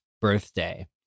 Birthday